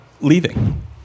leaving